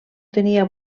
tenia